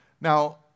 Now